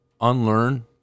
unlearn